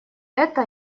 это